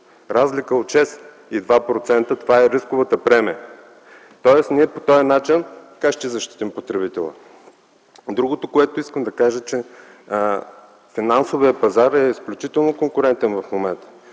Разликата от 6,7% е рисковата премия. Тоест по този начин как ще защитим потребителя? Другото, което искам да кажа, е, че финансовият пазар е изключително конкурентен в момента.